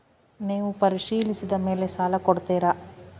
ನೇವು ಪರಿಶೇಲಿಸಿದ ಮೇಲೆ ಸಾಲ ಕೊಡ್ತೇರಾ?